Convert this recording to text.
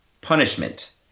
punishment